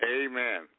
Amen